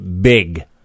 big